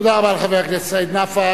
תודה רבה לחבר הכנסת נפאע.